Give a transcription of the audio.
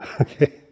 Okay